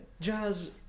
jazz